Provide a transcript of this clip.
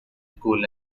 school